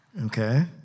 Okay